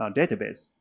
database